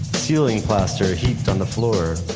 ceiling plaster heaped on the floor.